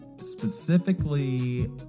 specifically